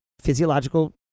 physiological